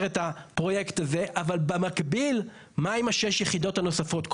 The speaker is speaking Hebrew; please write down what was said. את הפרויקט הזה אבל במקביל מה עם 6 היחידות הנוספות,